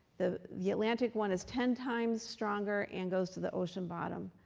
the the atlantic one is ten times stronger and goes to the ocean bottom.